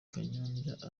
kanyombya